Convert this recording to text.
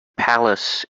palace